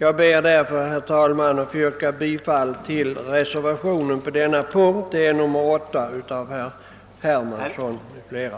Jag ber, herr talman, att få yrka bifall till reservationen 8 a av herr Hermansson m.fl.